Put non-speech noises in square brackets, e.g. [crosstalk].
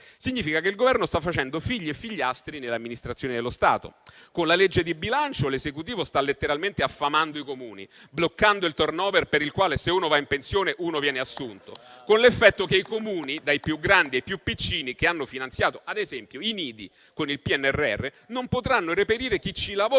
significa che il Governo sta facendo figli e figliastri nell'amministrazione dello Stato. Con la legge di bilancio l'Esecutivo sta letteralmente affamando i Comuni, bloccando il *turnover*, per il quale, se uno va in pensione, uno viene assunto. [applause] L'effetto è che i Comuni, dai più grandi ai più piccini, che hanno finanziato ad esempio i nidi con il PNRR, non potranno reperire chi vi lavora